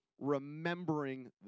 remembering